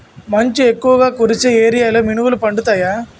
మంచు ఎక్కువుగా కురిసే ఏరియాలో మినుములు పండుతాయా?